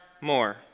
more